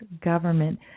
government